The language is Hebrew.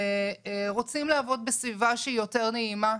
רוצים לעבוד בסביבה שהיא יותר נעימה.